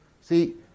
See